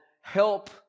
help